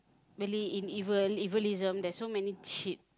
believe in evil Evilism there's so many cheap